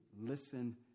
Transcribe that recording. listen